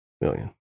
million